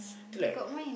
to like